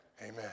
amen